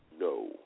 no